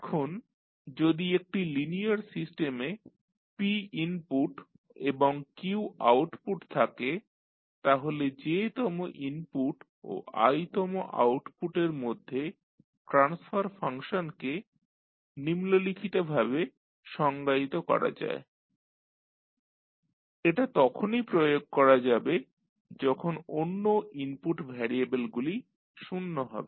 এখন যদি একটি লিনিয়ার সিস্টেমে p ইনপুট এবং q আউটপুট থাকে তাহলে j তম ইনপুট ও i তম আউটপুটের মধ্যে ট্রান্সফার ফাংশনকে নিম্নলিখিত ভাবে সংজ্ঞায়িত করা যায় GijsYiRj এটা তখনই প্রয়োগ করা যাবে যখন অন্য ইনপুট ভ্যারিয়েবলগুলি 0 হবে